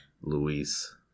Luis